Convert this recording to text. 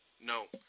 No